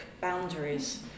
boundaries